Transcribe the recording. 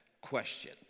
question